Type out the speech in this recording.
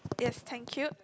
yes thank you